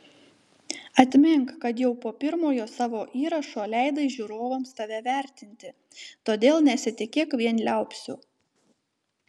atmink kad jau po pirmojo savo įrašo leidai žiūrovams tave vertinti todėl nesitikėk vien liaupsių